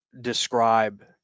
describe